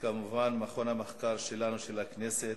וכמובן מכון המחקר שלנו, של הכנסת,